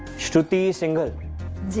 shruti singhal.